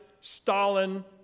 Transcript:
Stalin